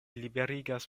liberigas